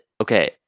okay